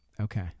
Okay